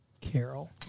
Carol